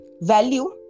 value